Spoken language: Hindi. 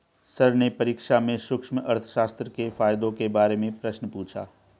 सर ने परीक्षा में सूक्ष्म अर्थशास्त्र के फायदों के बारे में प्रश्न पूछा